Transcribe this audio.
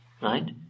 Right